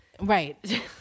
Right